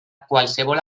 qualsevol